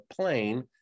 plane